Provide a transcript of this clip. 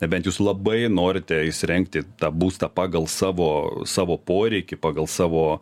nebent jūs labai norite įsirengti tą būstą pagal savo savo poreikį pagal savo